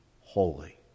holy